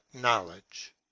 knowledge